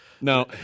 No